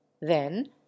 Then